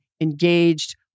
engaged